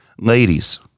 Ladies